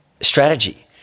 strategy